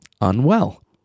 unwell